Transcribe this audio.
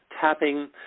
tapping